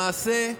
למעשה,